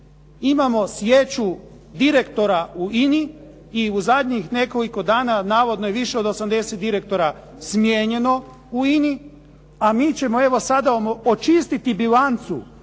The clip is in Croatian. Imamo sječu direktora u INA-i i u zadnjih nekoliko dana navodno i više od 80 direktora je smijenjeno u INA-i, a mi ćemo evo sada očistiti bilancu